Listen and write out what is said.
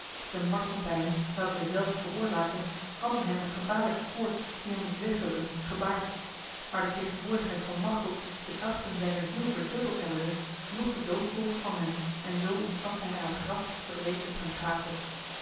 de martelpijnen welke dezelve veroorzaakten hadden hem een gevaarlijke koorts die hem moest wegrukken gebaard maar de tegenwoordigheid van machteld de krachten zijner ziel verdubbeld hebbende joeg de doodkoorts van hem en zo ontsnapte hij aan het graf dat reeds op hem gaapte